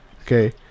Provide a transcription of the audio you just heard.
okay